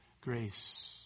grace